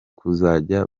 kuzajya